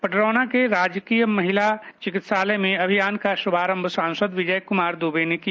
पडरौना के राजकीय महिला चिकित्सालय में अभियान का शुभारंभ सांसद विजय कुमार दुबे ने किया